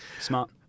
Smart